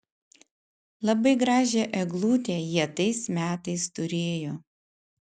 labai gražią eglutę jie tais metais turėjo